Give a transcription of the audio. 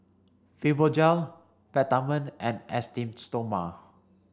Fibogel Peptamen and Esteem stoma